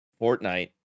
Fortnite